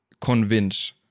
convince